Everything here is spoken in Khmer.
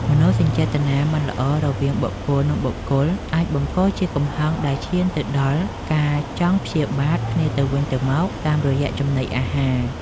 មនោសញ្ចេតនាមិនល្អរវាងបុគ្គល និងបុគ្គលអាចបង្កជាកំហឹងដែលឈានទៅដល់ការចង់ព្យាបាទគ្នាទៅវិញទៅមកតាមរយៈចំណីអាហារ។